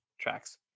tracks